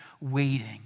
waiting